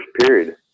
period